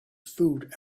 food